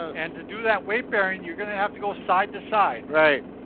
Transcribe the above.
and to do that weight-bearing, you're gonna have to go side to side. right.